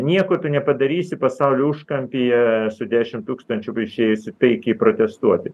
nieko tu nepadarysi pasaulio užkampyje su dešimt tūkstančių išėjusių taikiai protestuoti